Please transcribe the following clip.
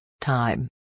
time